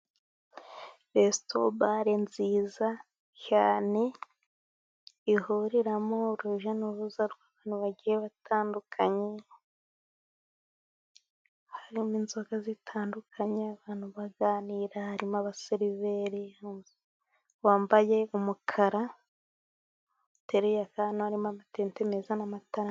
Resitubare nziza cyane ihuriramo urujya n'uruza rw'abantu bagiye batandukanye, harimo inzoga zitandukanye abantu baganira harimo abaseriveri wambaye umukara arimo amatente meza n'amatara.